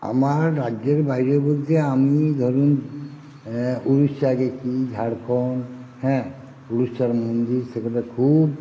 আমার রাজ্যের বাইরে বলতে আমি ধরুন উড়িষ্যা গেছি ঝাড়খন্ড হ্যাঁ উড়িষ্যার মন্দির সেখানে খুব